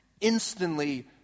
instantly